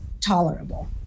tolerable